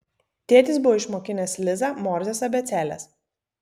tėtis buvo išmokinęs lizą morzės abėcėlės